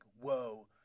whoa